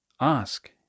Ask